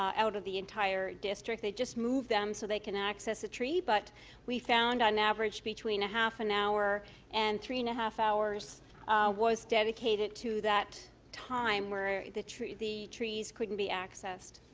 out of the entire district. they just move them so they can access a tree. but we found on average between a half an hour and three and a half hours was dedicated to that time where the tree the trees couldn't be accessed.